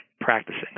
practicing